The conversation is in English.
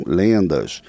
lendas